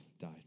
died